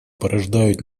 порождают